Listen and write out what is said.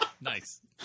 Nice